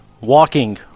walking